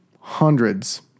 hundreds